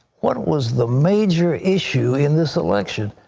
what was the major issue in this election?